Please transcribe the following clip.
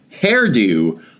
hairdo